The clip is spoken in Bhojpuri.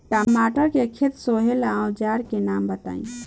टमाटर के खेत सोहेला औजर के नाम बताई?